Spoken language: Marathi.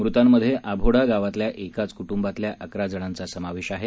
मृतांमध्ये आभोडा गावातल्या एकाच कृट्रंबातल्या अकरा जणांचा समावेश आहे